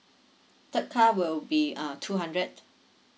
third car will be uh two hundred